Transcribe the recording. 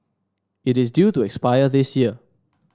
it is due to expire this year